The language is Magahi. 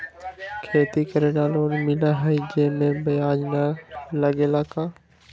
खेती करे ला लोन मिलहई जे में ब्याज न लगेला का?